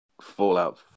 Fallout